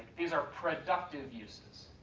these are productive uses,